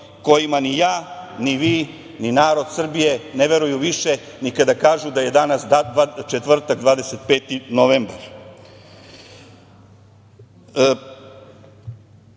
kojima ni ja, ni vi, ni narod Srbije ne veruju više ni kada kažu da je danas četvrtak 25. novembar,